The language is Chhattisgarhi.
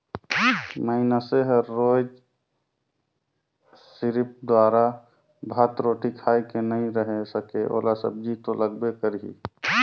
मइनसे हर रोयज सिरिफ दारा, भात, रोटी खाए के नइ रहें सके ओला सब्जी तो लगबे करही